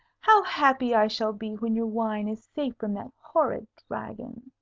how happy i shall be when your wine is safe from that horrid dragon!